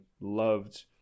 loved